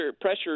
pressure